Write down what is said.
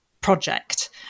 project